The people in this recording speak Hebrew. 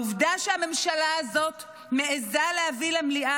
העובדה שהממשלה הזאת מעזה להביא למליאה